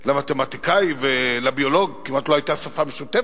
למתמטיקאי ולביולוג כמעט לא היתה שפה משותפת,